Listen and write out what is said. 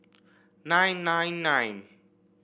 nine nine nine